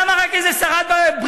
למה רק איזו שרת בריאות,